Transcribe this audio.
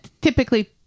typically